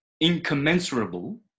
incommensurable